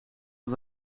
dat